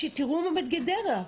תראו מה היה בגדרה.